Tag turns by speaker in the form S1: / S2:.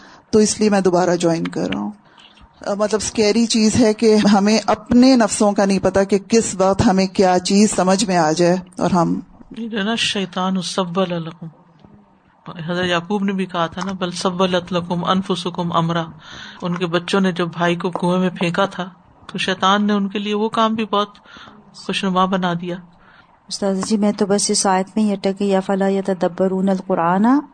S1: تو اس لیے میں دوبارہ جوائن کر رہا ہوں۔ آ، مطلب scary چیز ہے کہ ہمیں اپنے نفسوں کا نہیں پتا کہ کس وقت ہمیں کیا چیز سمجھ میں آ جائے اور ہم-
S2: نہیں، جو ہے نا، شیطان السبل لکم۔ حضرت یعقوب نے بھی کہا تھا نا، "بل سبلت لکم انفسکم امرا۔" ان کے بچوں نے جب بھائی کو گوہ میں پھینکا تھا، تو شیطان نے ان کے لیے وہ کام بھی بہت خوشنما بنا دیا۔
S3: استاذ جی، میں تو بس اس آیت میں ہی اٹکی، افلا یتدبرون القرآن